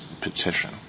petition